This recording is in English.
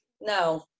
no